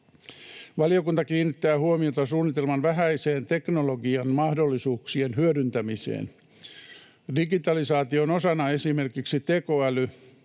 Valiokunta kiinnittää huomiota suunnitelman vähäiseen teknologian mahdollisuuksien hyödyntämiseen. Digitalisaation osana esimerkiksi tekoäly,